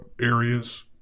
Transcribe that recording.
areas